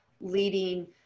leading